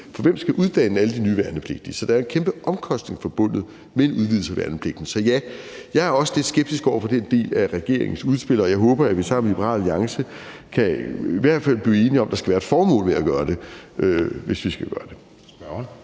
for hvem skal uddanne alle de nye værnepligtige? Så der er en kæmpe omkostning forbundet med en udvidelse af værnepligten. Så ja, jeg er også lidt skeptisk over for den del af regeringens udspil, og jeg håber, at vi sammen med Liberal Alliance i hvert fald kan blive enige om, at der skal være et formål med at gøre det, hvis vi skal gøre det.